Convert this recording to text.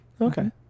Okay